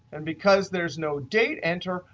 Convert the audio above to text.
and because there's no date entered,